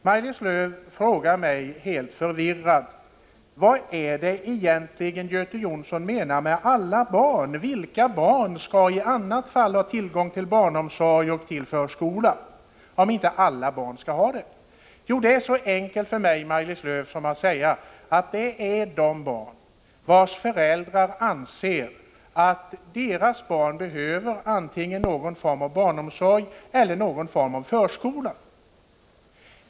Maj-Lis Lööw frågar mig helt förvirrad vad jag egentligen menar med alla barn och undrar vilka barn det är som skall ha tillgång till barnomsorg och förskola, om nu alla barn inte skall ha det. Jo, Maj-Lis Lööw, det är, enkelt uttryckt, de barn vars föräldrar anser att deras barn behöver antingen någon form av barnomsorg eller någon form av förskola.